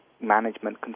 management